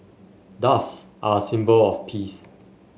doves are a symbol of peace